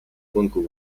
гонку